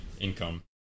income